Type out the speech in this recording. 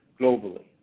globally